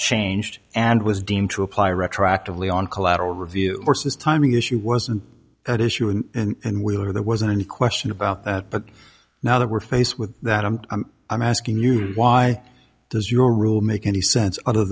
changed and was deemed to apply retroactively on collateral review versus timing issue wasn't at issue and we were there wasn't any question about that but now that we're faced with that i'm i'm asking you why does your rule make any sense other